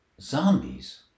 zombies